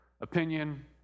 opinion